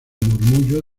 murmullo